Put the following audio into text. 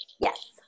Yes